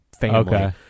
family